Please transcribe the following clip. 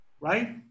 right